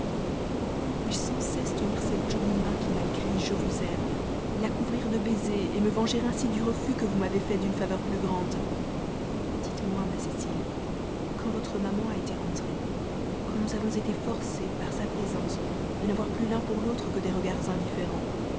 pourquoi ne puis-je sans cesse tenir cette jolie main qui m'a écrit je vous aime la couvrir de baisers me venger ainsi du refus que vous m'avez fait d'une faveur plus grande dites-moi ma cécile quand votre maman a été rentrée quand nous avons été forcés par sa présence de n'avoir plus l'un pour l'autre que des regards indifférents